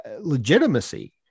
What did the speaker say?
legitimacy